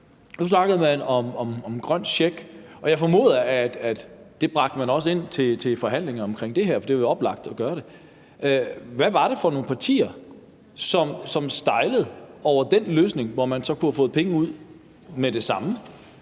nu snakkede man om grøn check, og jeg formoder, at det er noget, man også bragte ind til forhandlinger om det her, for det er jo oplagt at gøre det. Hvad var det for nogle partier, som stejlede over den løsning, hvor man så kunne have fået penge ud med det samme?